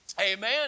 Amen